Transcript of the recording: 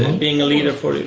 and being a leader for